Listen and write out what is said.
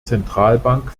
zentralbank